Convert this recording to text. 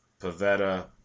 Pavetta